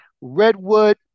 redwood